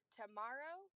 tomorrow